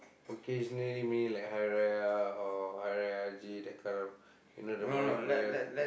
occasionally mean like Hari-Raya or Hari-Raya Haji that kind of you know the morning prayer